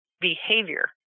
behavior